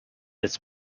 its